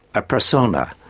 a persona,